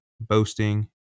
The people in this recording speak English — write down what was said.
boasting